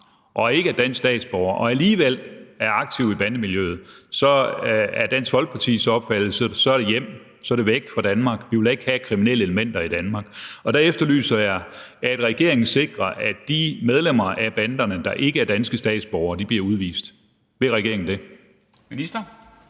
og ikke er dansk statsborger og alligevel er aktiv i bandemiljøet, så er det Dansk Folkepartis opfattelse, at så er det hjem – så er det væk fra Danmark. Vi vil da ikke have kriminelle elementer i Danmark. Der efterlyser jeg at regeringen sikrer, at de medlemmer af banderne, der ikke er danske statsborgere, bliver udvist. Vil regeringen det?